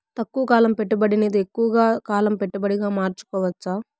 తక్కువ కాలం పెట్టుబడిని ఎక్కువగా కాలం పెట్టుబడిగా మార్చుకోవచ్చా?